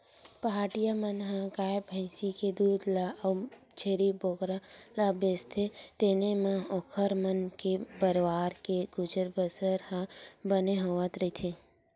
पहाटिया मन ह गाय भइसी के दूद ल अउ छेरी बोकरा ल बेचथे तेने म ओखर मन के परवार के गुजर बसर ह बने होवत रहिथे